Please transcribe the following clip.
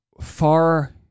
far